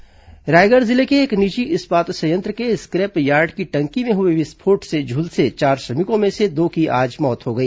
हादसा रायगढ़ जिले के एक निजी इस्पात संयंत्र के रू क्रैप यार्ड की टंकी में हुए विस्फोट से झुलसे चार श्रमिकों में से दो की आज मौत हो गई